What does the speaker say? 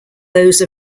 those